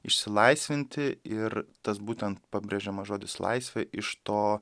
išsilaisvinti ir tas būtent pabrėžiamas žodis laisvė iš to